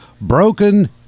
Broken